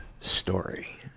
story